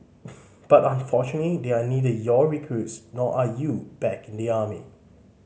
but unfortunately they are neither your recruits nor are you back in the army